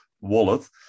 wallet